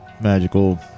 magical